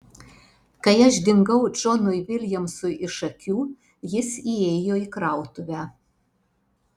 kai aš dingau džonui viljamsui iš akių jis įėjo į krautuvę